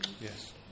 Yes